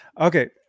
Okay